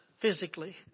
physically